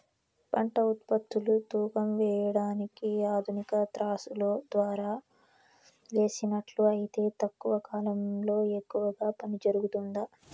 పంట ఉత్పత్తులు తూకం వేయడానికి ఆధునిక త్రాసులో ద్వారా వేసినట్లు అయితే తక్కువ కాలంలో ఎక్కువగా పని జరుగుతుందా?